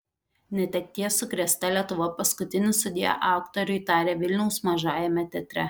netekties sukrėsta lietuva paskutinį sudie aktoriui tarė vilniaus mažajame teatre